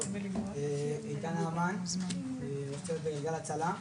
אני מייצג את 'גלגל הצלה',